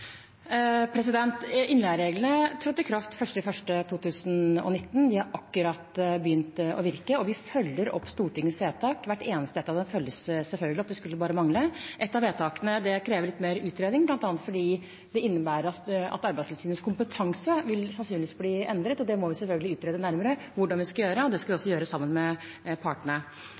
Innleiereglene trådte i kraft 1. januar 2019. De har akkurat begynt å virke. Og vi følger opp Stortingets vedtak – hvert eneste ett av dem følges selvfølgelig opp, det skulle bare mangle. Ett av vedtakene krever litt mer utredning, bl.a. fordi det innebærer at Arbeidstilsynets kompetanse sannsynligvis vil bli endret. Det må vi selvfølgelig utrede nærmere hvordan vi skal gjøre, og det skal vi gjøre sammen med partene.